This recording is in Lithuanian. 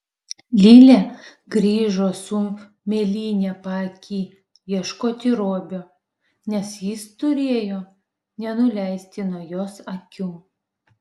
lilė grįžo su mėlyne paaky ieškoti robio nes jis turėjo nenuleisti nuo jos akių